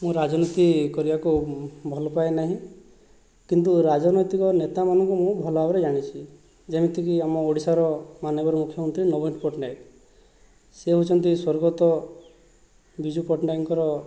ମୁଁ ରାଜନୀତି କରିବାକୁ ଭଲପାଏ ନାହିଁ କିନ୍ତୁ ରାଜନୈତିକ ନେତାମାନଙ୍କୁ ମୁଁ ଭଲ ଭାବରେ ଜାଣିଛି ଯେମିତିକି ଆମ ଓଡ଼ିଶାର ମାନ୍ୟବର ମୁଖ୍ୟମନ୍ତ୍ରୀ ନବୀନ ପଟ୍ଟନାୟକ ସେ ହେଉଛନ୍ତି ସ୍ଵର୍ଗତ ବିଜୁ ପଟ୍ଟନାୟକଙ୍କର